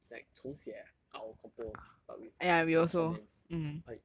it's like 重写 our compo but with the comments I